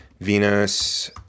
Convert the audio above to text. Venus